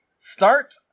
Start